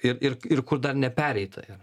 ir ir ir kur dar nepereita yra